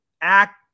act